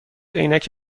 عینک